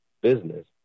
business